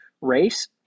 race